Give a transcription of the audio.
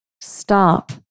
Stop